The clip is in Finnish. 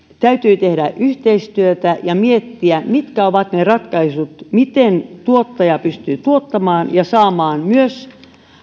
täytyy tehdä yhteistyötä ja miettiä mitkä ovat ne ratkaisut miten tuottaja pystyy tuottamaan ja saamaan myös